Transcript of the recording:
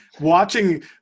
Watching